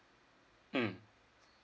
mm